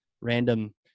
random